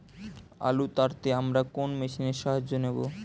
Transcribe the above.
আলু তাড়তে আমরা কোন মেশিনের সাহায্য নেব?